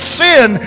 sin